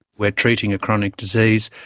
we are treating a chronic disease.